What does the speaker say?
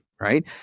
right